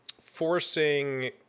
forcing